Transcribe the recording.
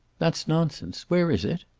that's nonsense. where is it?